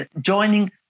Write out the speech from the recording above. joining